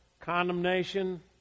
condemnation